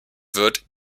wird